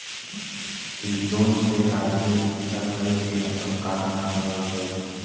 इ लोन से आदमी रिक्शा खरीद के आपन काम धाम करत हवे